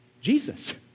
Jesus